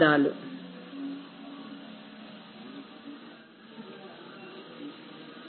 Glossary WORD MEANING Thank you ధన్యవాదాలు